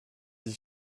sich